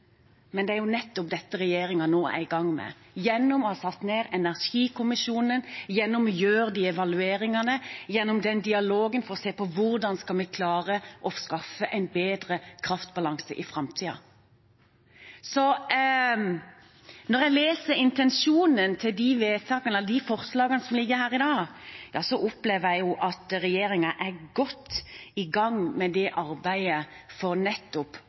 men det er jo nettopp dette regjeringen nå er i gang med – gjennom å ha satt ned energikommisjonen, gjennom å gjøre de evalueringene, og gjennom den dialogen for å se på hvordan vi skal klare å skaffe en bedre kraftbalanse i framtiden. Når jeg leser intensjonen bak vedtakene og forslagene som ligger her i dag, opplever jeg at regjeringen er godt i gang med arbeidet for